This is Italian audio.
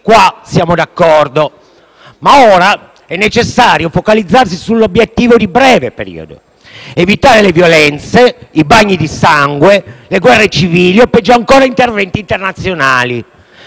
qui siamo d'accordo. Ma ora è necessario focalizzarsi sull'obiettivo di breve periodo: evitare le violenze, i bagni di sangue, le guerre civili o, peggio ancora, interventi internazionali.